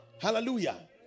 Hallelujah